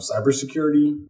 cybersecurity